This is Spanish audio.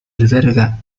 alberga